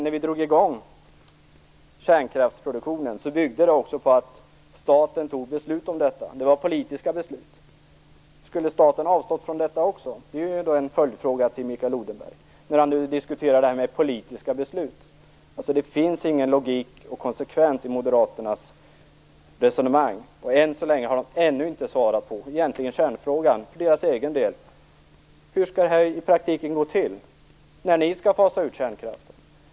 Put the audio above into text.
När vi drog i gång kärnkraftsproduktionen byggde det på att staten tog beslut om detta. Det var politiska beslut. Skulle staten ha avstått från detta också? Det är en följdfråga till Mikael Odenberg, när han nu diskuterar detta med politiska beslut. Det finns ingen logik och konsekvens i Moderaternas resonemang. De har ännu inte svarat på kärnfrågan för sin egen del: Hur skall det gå till i praktiken när ni skall fasa ut kärnkraften?